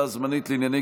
כן,